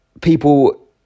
people